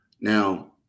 Now